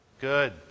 Good